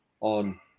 on